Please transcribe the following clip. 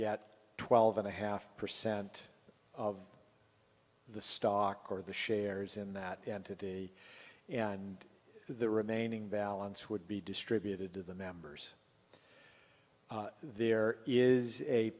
get twelve and a half percent of the stock or the shares in that and the remaining balance would be distributed to the members there is a